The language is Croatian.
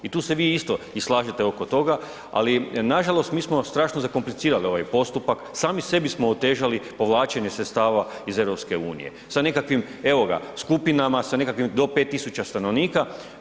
I tu se vi isto i slažete oko toga, ali nažalost mi smo strašno zakomplicirali ovaj postupak, sami sebi smo otežali povlačenje sredstava iz EU sa nekakvim evo ga skupinama sa nekakvim do 5.000 stanovnika.